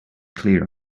clear